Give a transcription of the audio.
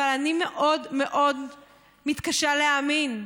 אבל אני מאוד מאוד מתקשה להאמין,